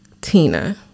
Tina